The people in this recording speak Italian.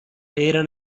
era